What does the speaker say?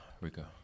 rico